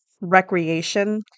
recreation